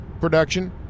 production –